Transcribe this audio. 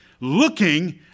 Looking